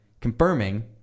confirming